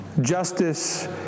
justice